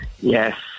Yes